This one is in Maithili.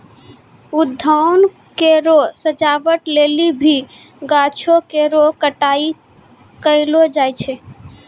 उद्यान केरो सजावट लेलि भी गाछो केरो छटाई कयलो जाय छै